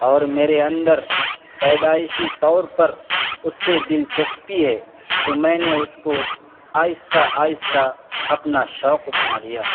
اور میرے اندر پیدائشی طور پر اس سے دلچسپی ہے تو میں نے اس کو آہستہ آہستہ اپنا شوق بنا لیا